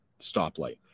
stoplight